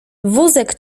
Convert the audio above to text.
wózek